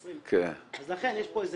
20. לכן יש פה,